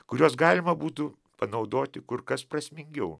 kuriuos galima būtų panaudoti kur kas prasmingiau